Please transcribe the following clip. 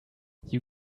you